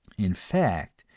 in fact,